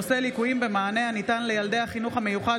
צגה מלקו ואברהם בצלאל בנושא: ליקויים במענה הניתן לילדי החינוך המיוחד